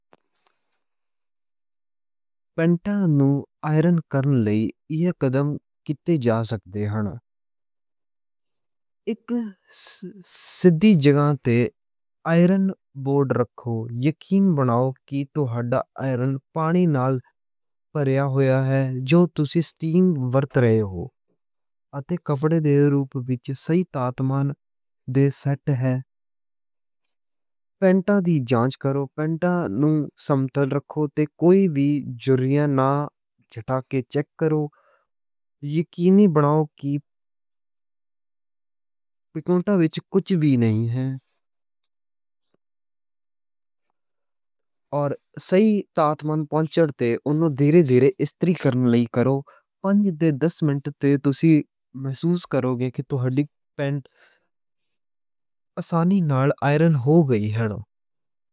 پانتاں نوں آئرن کرنے لئی یہ قدم کیے جا سکتے ہن۔ اک سطحی جگہ تے آئرن بورڈ رکھو یقینی بناؤ کی تو۔ پھر آئرن پانی نال بھرا ہویا اے۔ جو تُسی سسٹم ورت رہے ہو اتے کپڑے دے روپ وِچ سیٹ تاپمان دے سیٹ اے۔ پانتاں دی جانچ کرو، پانتاں نوں سمیتر رکھو تے کوئی وی جھریاں نہ جٹا کے چیک کرو۔ یقینی بناؤ کی پیکونٹھا وِچ کُجھ وی نہیں اے۔ اور صحیح تاپمان تھرموسٹیٹ تے اوہنوں دیرے دیرے استری کرنے لئی کرو۔ تُوں پنج تو دس منٹ تے تُسی محسوس کروگی۔ کی تُوں ہرڈی پینٹ آسانی نال آئرن ہووے۔